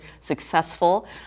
successful